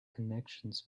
connections